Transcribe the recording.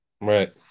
Right